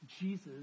Jesus